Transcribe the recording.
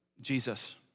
Jesus